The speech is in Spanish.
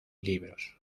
libros